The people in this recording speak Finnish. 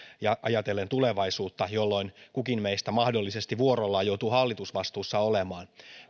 ajatellen tulevaisuutta jolloin kukin meistä mahdollisesti vuorollaan joutuu hallitusvastuussa olemaan